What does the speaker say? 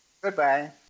Goodbye